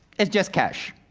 it's just cash.